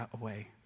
away